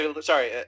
Sorry